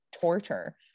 torture